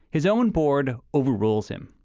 his own board overrules him.